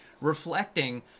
reflecting